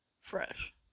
fresh